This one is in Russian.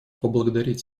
поблагодарить